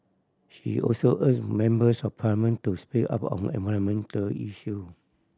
she also urges members of Parliament to speak up on environment issue